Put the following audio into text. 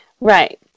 Right